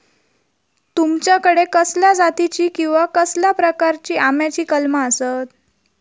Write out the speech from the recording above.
तुमच्याकडे कसल्या जातीची किवा कसल्या प्रकाराची आम्याची कलमा आसत?